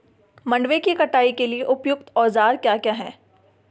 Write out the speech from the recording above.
मंडवे की कटाई के लिए उपयुक्त औज़ार क्या क्या हैं?